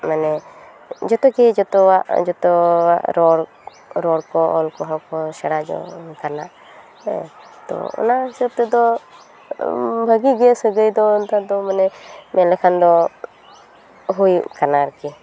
ᱢᱟᱱᱮ ᱡᱚᱛᱚ ᱜᱮ ᱡᱚᱛᱚᱣᱟᱜ ᱡᱚᱛᱚᱣᱟᱜ ᱨᱚᱲ ᱨᱚᱲ ᱠᱚ ᱚᱞ ᱠᱚᱦᱚᱸ ᱠᱚ ᱥᱮᱬᱟ ᱡᱚᱝ ᱠᱟᱱᱟ ᱦᱮᱸ ᱛᱚ ᱚᱱᱟ ᱦᱤᱥᱟᱹᱵᱽ ᱛᱮᱫᱚ ᱵᱷᱟᱹᱜᱤ ᱜᱮ ᱥᱟᱹᱜᱟᱹᱭ ᱫᱚ ᱱᱮᱛᱟᱨ ᱫᱚ ᱢᱟᱱᱮ ᱢᱮᱱ ᱞᱮᱠᱷᱟᱱ ᱫᱚ ᱦᱩᱭᱩᱜ ᱠᱟᱱᱟ ᱟᱨ ᱠᱤ